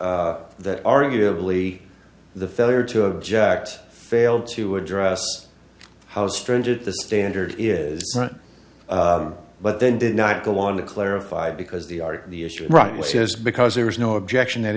that arguably the failure to object failed to address how stringent the standard is but then did not go on to clarify because the are the issue right which is because there is no objection that